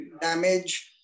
damage